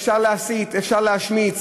אפשר להסית, אפשר להשמיץ,